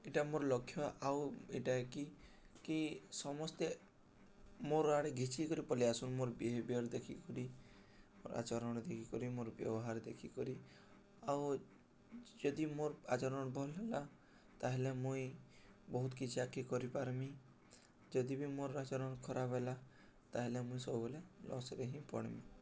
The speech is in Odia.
ଇଟା ମୋର୍ ଲକ୍ଷ୍ୟ ଆଉ ଇଟା ଏ କି କି ସମସ୍ତେ ମୋର୍ ଆଡ଼େ ଘିଛିିହେଇକରି ପଲେଇ ଆସୁନ୍ ମୋର୍ ବି ବିହେବିଆର୍ ଦେଖିକରି ମୋର୍ ଆଚରଣ୍ ଦେଖିିକରି ମୋର୍ ବ୍ୟବହାର୍ ଦେଖିିକରି ଆଉ ଯଦି ମୋର୍ ଆଚରଣ୍ ଭଲ୍ ହେଲା ତାହେଲେ ମୁଇଁ ବହୁତ୍ କିଛି ଆକି କରିପାର୍ମି ଯଦି ବି ମୋର୍ ଆଚରଣ୍ ଖରାପ୍ ହେଲା ତାହେଲେ ମୁଇଁ ସବୁବେଲେ ଲସ୍ରେ ହିଁ ପଡ଼୍ମି